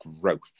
growth